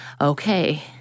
okay